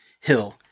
Hill